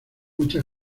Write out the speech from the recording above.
mucha